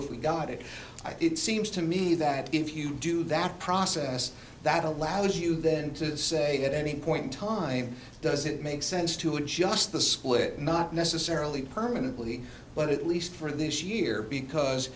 if we got it it seems to me that if you do that process that allows you then to say at any point in time does it make sense to adjust the split not necessarily permanently but at least for this year because